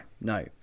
no